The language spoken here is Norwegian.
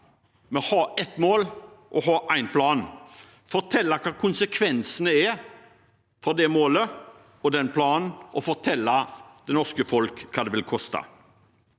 komme med ett mål og én plan og fortelle hva konsekvensene er av det målet og den planen, og fortelle det norske folk hva det vil koste.